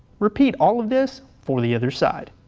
repeat all of this for the other side.